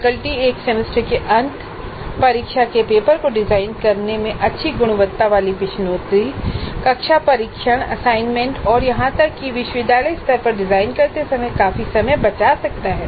faculty एक semester के अंत परीक्षा के पेपर को डिजाइन करने में अच्छी गुणवत्ता वाली प्रश्नोत्तरी कक्षा परीक्षण असाइनमेंट और यहां तक कि विश्वविद्यालय स्तर पर डिजाइन करते समय काफी समय बचा सकता है